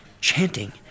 chanting